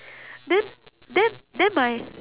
then then then my